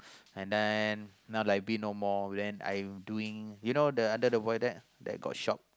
and then now library no more then I doing you know the under the void deck then got shop